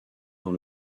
dans